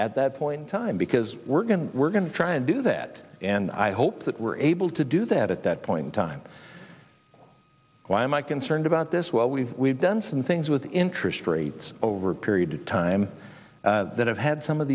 at that point in time because we're going we're going to try and do that and i hope that we're able to do that at that point in time why am i concerned about this well we've we've done some things with interest rates over a period of time that have had some of